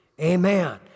Amen